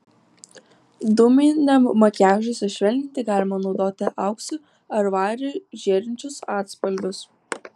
dūminiam makiažui sušvelninti galima naudoti auksu ar variu žėrinčius atspalvius